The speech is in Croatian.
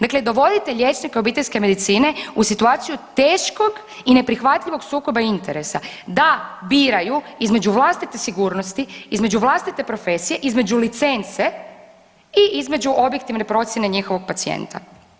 Dakle, dovodite liječnike obiteljske medicine u situaciju teškog i neprihvatljivog sukoba interesa da biraju između vlastite sigurnosti, između vlastite profesije, između licence i između objektivne procjene njihovog pacijenta.